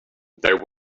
there